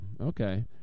Okay